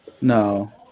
No